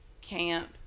camp